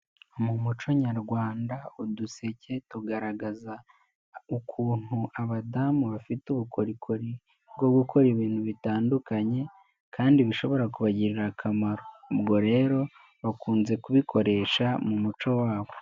Mu muco nyarwanda uduseke tugaragaza ukuntu abadamu bafite ubukorikori bwo gukora ibintu bitandukanye kandi bishobora kubagirira akamaro, ubwo rero bakunze kubikoresha mu muco wabo.